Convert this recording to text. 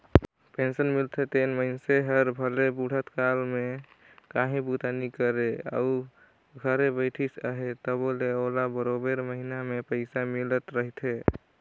pension मिलथे तेन मइनसे हर भले बुढ़त काल में काहीं बूता नी करे अउ घरे बइठिस अहे तबो ले ओला बरोबेर महिना में पइसा मिलत रहथे